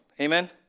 Amen